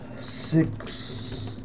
Six